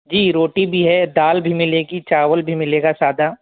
جی روٹی بھی ہے دال بھی ملے گی چاول بھی ملے گا سادہ